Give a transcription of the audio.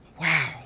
Wow